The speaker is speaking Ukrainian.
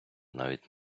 навіть